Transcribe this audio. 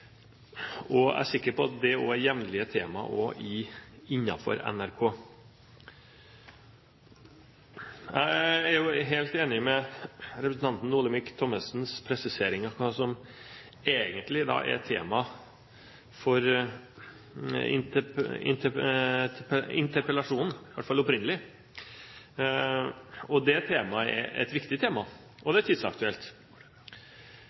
kontinuerlig. Jeg er sikker på at det jevnlig er temaer også innenfor NRK. Jeg er helt enig i representanten Olemic Thommessens presiseringer av hva som egentlig er tema for interpellasjonen, i hvert fall opprinnelig. Det er et viktig tema, og